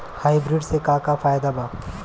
Hybrid से का का फायदा बा?